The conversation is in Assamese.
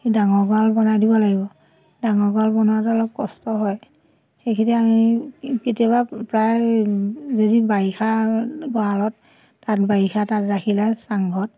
সেই ডাঙৰ গঁৰাল বনাই দিব লাগিব ডাঙৰ গঁৰাল বনোৱাটো অলপ কষ্ট হয় সেইখিনি আমি কেতিয়াবা প্ৰায় যদি বাৰিষা গঁৰালত তাত বাৰিষা তাত ৰাখিলে চাংঘৰত